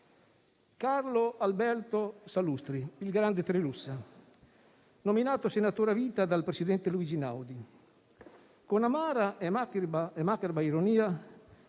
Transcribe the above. Carlo Alberto Salustri, il grande Trilussa, nominato senatore a vita dal presidente Luigi Einaudi. Con amara e macabra ironia,